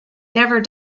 never